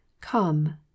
Come